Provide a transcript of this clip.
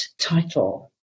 title